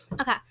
Okay